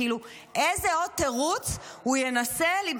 איזה עוד תירוץ הוא ינסה?